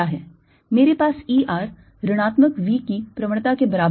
हमारे पास E r ऋणात्मक V की प्रवणता के बराबर है